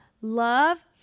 love